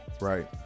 right